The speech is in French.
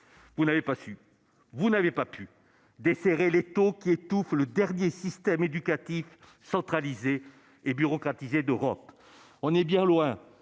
Vous n'avez pas su, vous n'avez pas pu, desserrer l'étau qui étouffe le dernier système éducatif centralisé et bureaucratisé d'Europe. On est bien loin